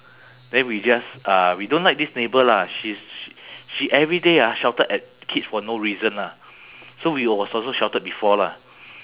then we just uh we don't like this neighbour lah she's sh~ she everyday ah shouted at kids for no reason lah so we was also shouted before lah